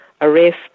arrest